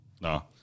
No